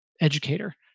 educator